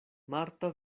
marta